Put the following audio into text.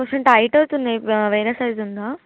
కొంచెం టైట్ అవుతున్నాయి వేరే సైజు ఉందా